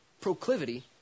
proclivity